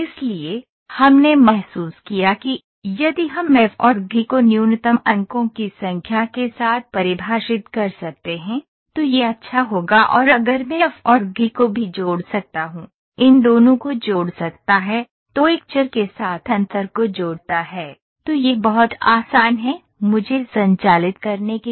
इसलिए हमने महसूस किया कि यदि हम f और g को न्यूनतम अंकों की संख्या के साथ परिभाषित कर सकते हैं तो यह अच्छा होगा और अगर मैं f और g को भी जोड़ सकता हूं इन दोनों को जोड़ सकता है तो एक चर के साथ अंतर को जोड़ता है तो यह बहुत आसान है मुझे संचालित करने के लिए